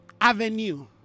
avenue